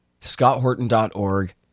ScottHorton.org